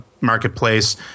marketplace